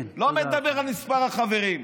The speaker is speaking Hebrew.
שלא נדבר על מספר החברים.